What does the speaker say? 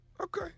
Okay